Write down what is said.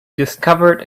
discovered